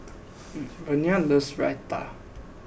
Vernia loves Raita